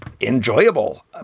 enjoyable